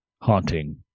haunting